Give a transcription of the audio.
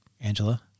Angela